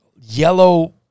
yellow